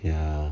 ya